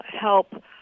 help